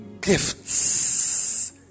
gifts